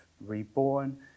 reborn